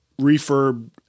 refurb